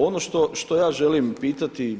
Ono što ja želim pitati,